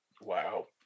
Wow